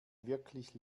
wirklich